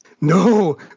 no